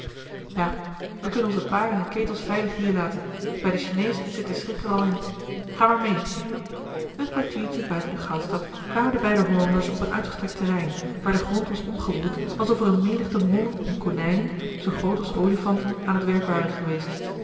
ja we kunnen onze paarden en ketels veilig hier laten bij den chinees zit de schrik er al in ga maar mee een kwartiertje buiten de goudstad kwamen de beide hollanders op een uitgestrekt terrein waar de grond was omgewoeld alsof er eene menigte mollen en konijnen zoo groot als olifanten aan het werk waren geweest